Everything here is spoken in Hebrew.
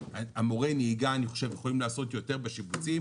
מורי הנהיגה אני חושב יכולים לעשות יותר בשיבוצים,